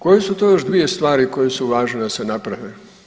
Koje su to još dvije stvari koje su važne da se naprave?